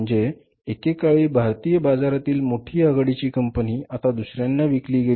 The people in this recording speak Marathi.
म्हणजे एकेकाळी भारतीय बाजारातील मोठी आघाडीची कंपनी आता दुसऱ्यांना विकली गेली